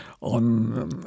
on